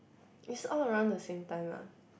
is all around the same time lah